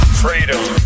freedom